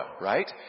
right